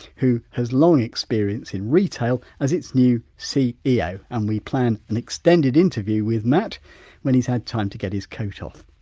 who has long experience in retail, as its new ceo yeah and we plan an extended interview with matt when he's had time to get his coat off.